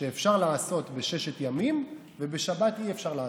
שאפשר לעשות בששת ימים ובשבת אי-אפשר לעשות,